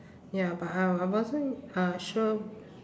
ya but I I wasn't uh sure